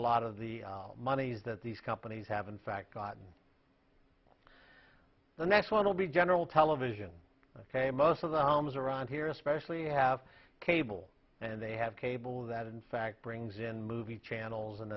lot of the monies that these companies have in fact gotten the next one will be general television ok most of the homes around here especially have cable and they have cable that in fact brings in movie channels and